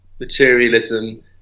materialism